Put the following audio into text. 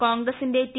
കോൺഗ്രസ്സിന്റെ ടി